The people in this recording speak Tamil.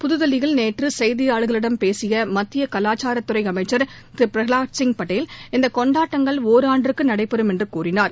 புதுதில்லியில் நேற்று செய்தியாளர்களிடம் பேசிய மத்திய கலாச்சாரத் துறை அமைச்சர் திரு பிரஹலாத்சிங் பட்டேல் இந்த கொண்டாட்டங்கள் ஒராண்டுக்கு நடைபெறும் என்று கூறினார்